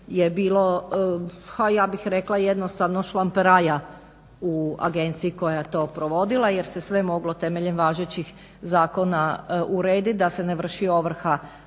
je bilo ja bih rekla jednostavno šlamperaja u agenciji koja je to provodila jer se sve moglo temeljem važećih zakona urediti da se ne vrši ovrha